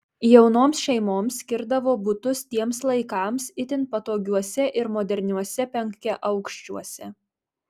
jaunoms šeimoms skirdavo butus tiems laikams itin patogiuose ir moderniuose penkiaaukščiuose